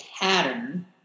pattern